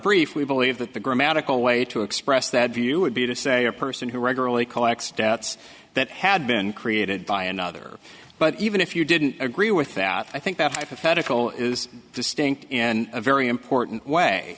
brief we believe that the grammatical way to express that view would be to say a person who regularly collects debts that had been created by another but even if you didn't agree with that i think that hypothetical is distinct in a very important way